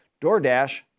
DoorDash